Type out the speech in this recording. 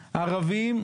ערבים,